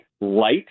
light